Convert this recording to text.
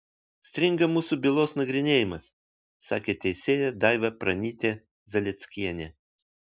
stringa mūsų bylos nagrinėjimas sakė teisėja daiva pranytė zalieckienė